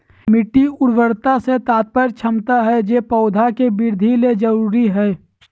मिट्टी उर्वरता से तात्पर्य क्षमता हइ जे पौधे के वृद्धि ले जरुरी हइ